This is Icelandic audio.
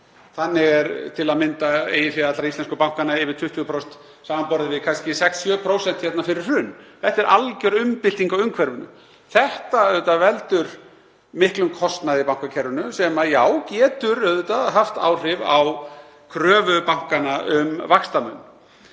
Þannig er til að mynda eigið fé allra íslensku bankanna yfir 20% samanborið við kannski 6–7% fyrir hrun. Þetta er algjör umbylting á umhverfinu. Þetta veldur miklum kostnaði í bankakerfinu sem getur auðvitað haft áhrif á kröfu bankanna um vaxtamun.